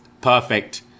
perfect